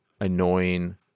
annoying